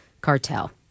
cartel